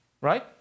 right